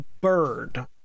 bird